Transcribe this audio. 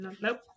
Nope